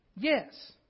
Yes